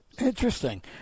Interesting